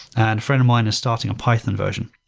and friend of mine is starting a python version,